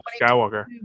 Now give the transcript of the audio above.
Skywalker